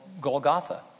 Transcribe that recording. Golgotha